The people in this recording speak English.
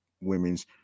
women's